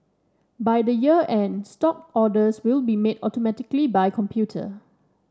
by the year end stock orders will be made automatically by computer